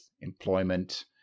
employment